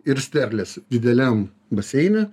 ir sterlės dideliam baseine